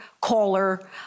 caller